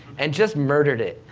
and just murdered it.